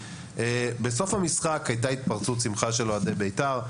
בסוף המשחק היתה התפרצות שמחה של אוהדי בית"ר.